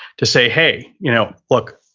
to say, hey, you know look,